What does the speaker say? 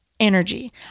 energy